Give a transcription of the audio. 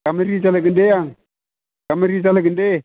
गाबोन रिजाल्ट होगोन दे आं गाबोन रिजाल्ट होगोन दे